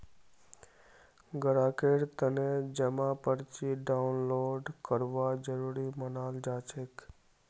ग्राहकेर तने जमा पर्ची डाउनलोड करवा जरूरी मनाल जाछेक